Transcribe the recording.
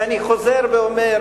ואני חוזר ואומר